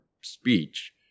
speech